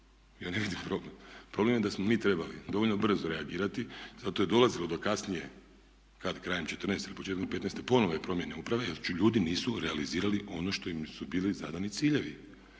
Ja ne vidim problem. Problem je da smo mi trebali dovoljno brzo reagirati. Zato je i dolazilo do kasnije, kad krajem četrnaeste ili početkom petnaeste ponovne promjene uprave jer ljudi nisu realizirali ono što su im bili zadani ciljevi.